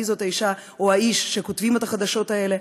מי הם האישה או האיש שכותבים את החדשות האלה,